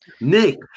Nick